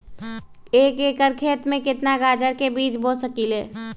एक एकर खेत में केतना गाजर के बीज बो सकीं ले?